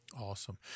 Awesome